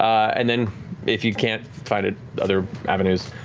and then if you can't find it, other avenues.